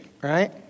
right